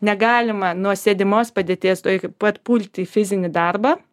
negalima nuo sėdimos padėties tuoj pat pulti į fizinį darbą